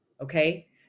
okay